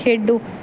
ਖੇਡੋ